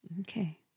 Okay